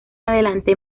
adelante